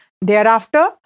Thereafter